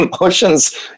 emotions